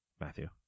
Matthew